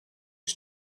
his